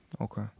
Okay